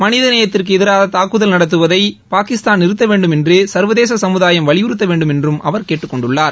மனிதநேயத்திற்கு எதிராக தாக்குதல் நடத்துவதை பாகிஸ்தான் நிறுத்த வேண்டும் என்று சர்வதேச சமுதாயம் வலியுறுத்த வேண்டும் என்றும் அவர் கேட்டுக் கொண்டுள்ளார்